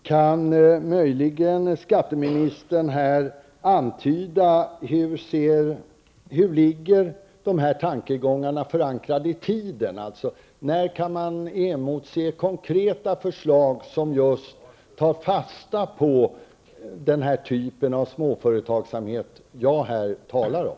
Herr talman! Kan skatteministern här möjligen antyda hur dessa tankegångar ligger förankrade i tiden? När kan man emotse konkreta förslag, som just tar fasta på den typ av småföretagsamhet som jag här har talat om?